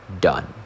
Done